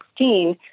2016